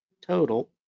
total